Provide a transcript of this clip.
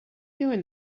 doing